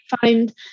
find